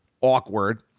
awkward